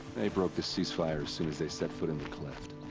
they broke the ceasefire as soon as they set foot in the cleft.